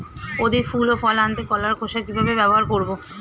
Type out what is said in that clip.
অধিক ফুল ও ফল আনতে কলার খোসা কিভাবে ব্যবহার করব?